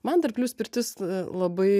man dar plius pirtis labai